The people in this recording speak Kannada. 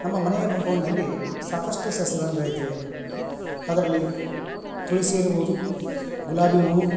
ನಮ್ಮ ಮನೆಯ ಕಂಪೌಂಡ್ನಲ್ಲಿ ಸಾಕಷ್ಟು ಸಸ್ಯಗಳನ್ನು ಬೆಳಿತೇವೆ ಅದರಲ್ಲಿ ತುಳಸಿ ಇರಬೋದು ಗುಲಾಬಿ ಹೂವು